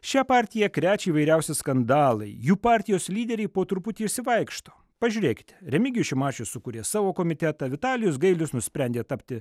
šią partiją krečia įvairiausi skandalai jų partijos lyderiai po truputį išsivaikšto pažiūrėkite remigijus šimašius sukūrė savo komitetą vitalijus gailius nusprendė tapti